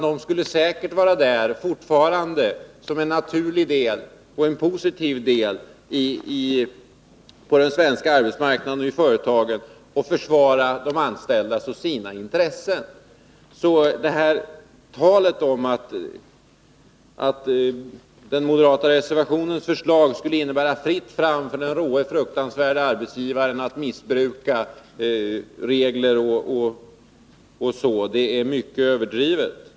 De skulle säkert fortfarande vara kvar som en naturlig och positiv del på den svenska arbetsmarknaden och i företagen och försvara de anställdas och sina intressen. Talet om att den moderata reservationens förslag skulle innebära fritt fram för den råe, fruktansvärde arbetsgivaren att missbruka regler m.m. är mycket överdrivet.